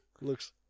Looks